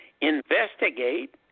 investigate